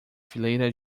fileira